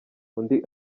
undi